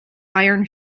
iron